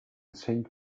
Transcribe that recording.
saint